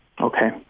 Okay